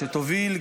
שתוביל,